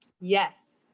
Yes